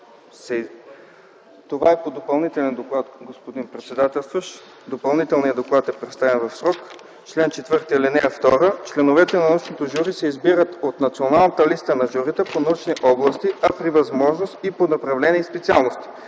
Това е по допълнителен доклад, господин председател. Допълнителният доклад е представен в срок. „Чл. 4. (2) Членовете на научното жури се избират от Национална листа на журита по научни области, а при възможност и по направления и специалности.